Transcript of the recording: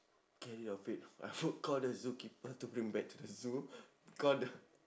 carry your bed I would call the zookeeper to bring back to the zoo call the